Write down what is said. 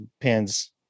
pins